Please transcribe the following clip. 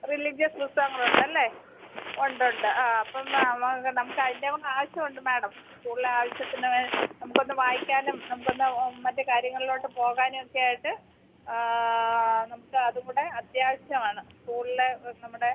religious പുസ്തകങ്ങൾ ഉണ്ടല്ലേ ഉണ്ട് ഉണ്ട് ആ അപ്പം നമുക്ക് അതിൻ്റെ ഒന്ന് ആവശ്യം ഉണ്ട് മാഡം സ്കൂൾലെ ആവശ്യത്തിന് നമക്കൊന്ന് വായിക്കാനും നമുക്കൊന്ന് മറ്റേ കാര്യങ്ങളിലോട്ട് പോകാനൊക്കെയായിട്ട് നമുക്ക് അതുംകൂടെ അത്യാവശ്യമാണ് സ്കൂൾലെ നമ്മുടെ